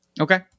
Okay